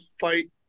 fight